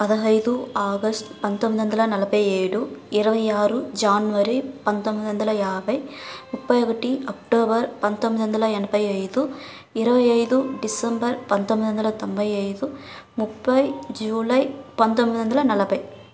పదహైదు ఆగష్ట్ పంతొమ్మిది వందల నలభై ఏడు ఇరవై ఆరు జాన్వరి పంతొమ్మిది వందల యాభై ముప్పై ఒకటి అక్టోబర్ పంతొమ్మిది వందల ఎనభై ఐదు ఇరవై ఐదు డిసెంబర్ పంతొమ్మిది వందల తొంభై ఐదు ముప్పై జూలై పంతొమ్మిది వందల నలభై